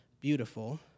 Beautiful